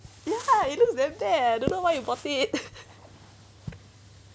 ya it looks damn bad don't know why you bought it